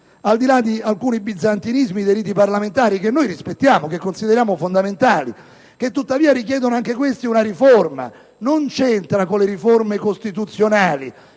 al di là di alcuni bizantinismi dei riti parlamentari, che rispettiamo e che consideriamo fondamentali, che tuttavia richiedono anche questi una riforma. Non centrano le riforme costituzionali: